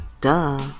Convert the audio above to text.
duh